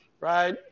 right